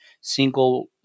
single